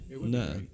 no